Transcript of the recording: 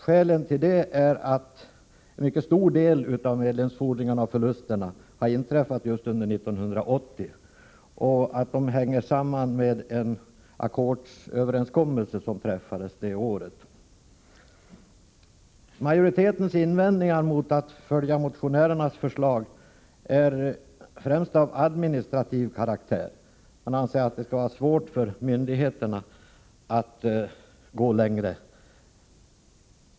Skälen till det är att en mycket stor del av medlemsfordringarna och förlusterna gäller just 1980. De hänger samman med en ackordsöverenskommelse som träffades det året. Majoritetens invändningar mot att följa motionärernas förslag är främst av administrativ karaktär. Man anser att det skulle vara svårt för myndigheterna att gå längre.